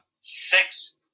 six